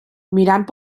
mirant